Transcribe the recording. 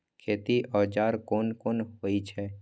खेती औजार कोन कोन होई छै?